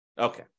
Okay